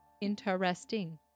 Interesting